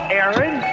Aaron